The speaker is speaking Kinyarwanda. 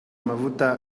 amavuta